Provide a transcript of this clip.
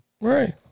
Right